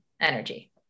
energy